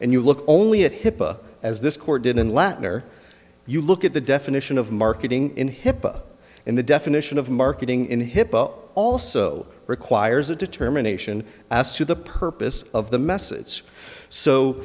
and you look only at hipaa as this court did in latin or you look at the definition of marketing in hipaa and the definition of marketing in hipaa also requires a determination as to the purpose of the mess